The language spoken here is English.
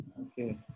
okay